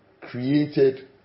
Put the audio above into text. created